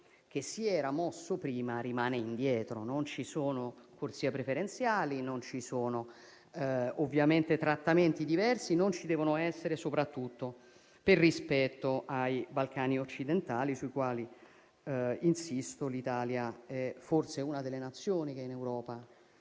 che si era mosso prima rimanga indietro. Non ci sono corsie preferenziali, né ovviamente trattamenti diversi e non ci devono essere, soprattutto per rispetto ai Balcani occidentali, materia che - insisto - l'Italia è forse una delle Nazioni che in Europa